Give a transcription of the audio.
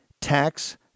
Tax